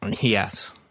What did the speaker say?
Yes